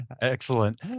Excellent